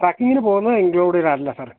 ട്രാക്കിങ്ങിനു പോകുന്നത് ഇൻക്ലൂഡഡ് അല്ല സാർ